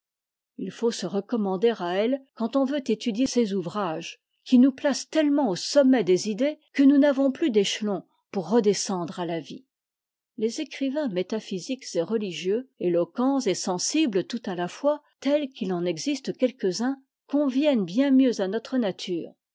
divinité faut se recommander à elle quand on veut étudier ces ouvrages qui nous placent tellement au sommet des idées que nous n'avons plus d'écheions pour redescendre à fa vie les écrivains métaphysiques et religieux éloquents et sensiblés tout à fa fois tels qu'if en existe queiques uns conviennent bien mieux à notre nature